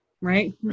right